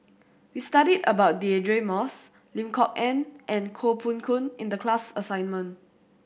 we studied about Deirdre Moss Lim Kok Ann and Koh Poh Koon in the class assignment